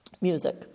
music